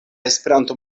esperanto